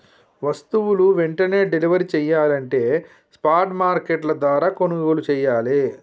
వస్తువులు వెంటనే డెలివరీ చెయ్యాలంటే స్పాట్ మార్కెట్ల ద్వారా కొనుగోలు చెయ్యాలే